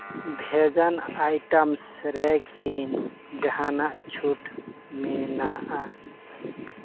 ᱵᱷᱮᱡᱟᱱ items ᱨᱮᱠᱤ ᱡᱟᱦᱟᱱᱟᱜ ᱪᱷᱩᱴ ᱢᱮᱱᱟᱜᱼᱟ